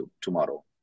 tomorrow